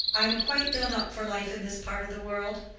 i am quite done up for life in this part of the world.